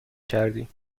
کردی